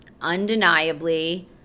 undeniably